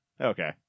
Okay